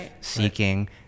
seeking